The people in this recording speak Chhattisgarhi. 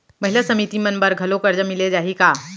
महिला समिति मन बर घलो करजा मिले जाही का?